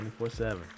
24-7